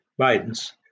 Bidens